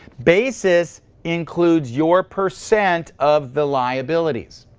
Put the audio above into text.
basis includes your percent of the liabilities.